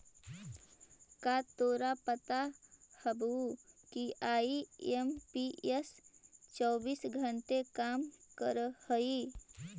का तोरा पता हवअ कि आई.एम.पी.एस चौबीस घंटे काम करअ हई?